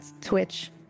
Twitch